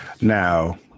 Now